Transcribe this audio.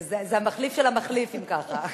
זה המחליף של המחליף אם ככה.